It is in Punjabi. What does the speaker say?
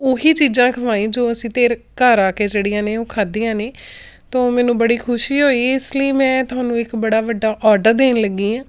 ਉਹੀ ਚੀਜ਼ਾਂ ਖਵਾਈ ਜੋ ਅਸੀਂ ਤੇਰੇ ਘਰ ਆ ਕੇ ਜਿਹੜੀਆਂ ਨੇ ਉਹ ਖਾਧੀਆਂ ਨੇ ਤਾਂ ਮੈਨੂੰ ਬੜੀ ਖੁਸ਼ੀ ਹੋਈ ਇਸ ਲਈ ਮੈਂ ਤੁਹਾਨੂੰ ਇੱਕ ਬੜਾ ਵੱਡਾ ਔਡਰ ਦੇਣ ਲੱਗੀ ਹਾਂ